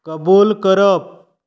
कबूल करप